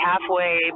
halfway